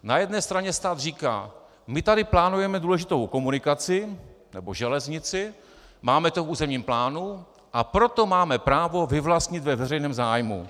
Na jedné straně stát říká: My plánujeme důležitou komunikaci nebo železnici, máme to v územním plánu, a proto máme právo vyvlastnit ve veřejném zájmu.